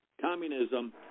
communism